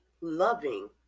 loving